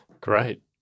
Great